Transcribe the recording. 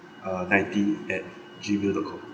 uh ninety at Gmail dot com